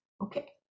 okay